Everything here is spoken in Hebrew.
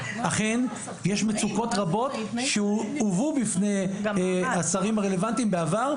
אכן יש מצוקות רבות שהובאו בפני השרים הרלוונטיים בעבר,